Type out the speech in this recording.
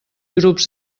grups